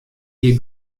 hie